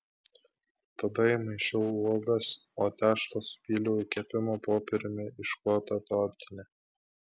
tada įmaišiau uogas o tešlą supyliau į kepimo popieriumi išklotą tortinę